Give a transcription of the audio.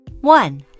One